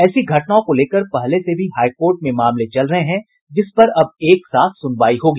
ऐसी घटनाओं को लेकर पहले से भी हाईकोर्ट में मामले चल रहे हैं जिस पर अब एक साथ सुनवाई होगी